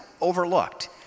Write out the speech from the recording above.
overlooked